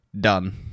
done